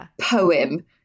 poem